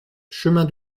chemin